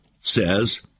says